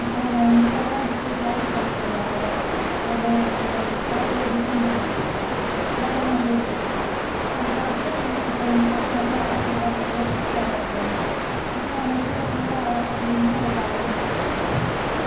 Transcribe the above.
அப்புறம் வந்து கல்யாணத்துக்கு ஜாக்கெட் தைக்க சொல்லுவாங்கள் ஒரு புடவைல டிசைன் பண்ண சொல்லுவாங்கள் அதெல்லாம் நான் செய்து கொடுப்பேன் அதை பார்த்து இன்னும் இப்போ வந்து நெறையா ஆர்ட்ருலாம் நெறைய பெருசாக வருதும் நான் நான் அவங்களுக்கு ஃபுல்லா அழகாக க்ளீன்னா எல்லா வேலையும் முடிச்சு கொடுப்பேன்